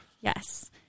Yes